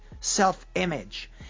self-image